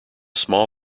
small